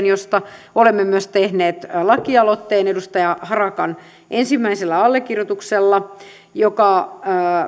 josta olemme myös tehneet lakialoitteen edustaja harakan ensimmäisellä allekirjoituksella se